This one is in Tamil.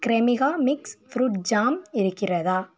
க்ரெமிகா மிக்ஸ் ஃப்ரூட் ஜாம் இருக்கிறதா